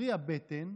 פרי הבטן,